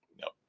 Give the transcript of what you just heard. Nope